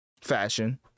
fashion